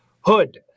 Hood